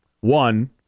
One